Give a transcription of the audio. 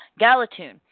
Galatune